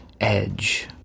edge